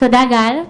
תודה גל.